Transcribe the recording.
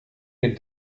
mir